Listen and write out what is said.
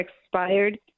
expired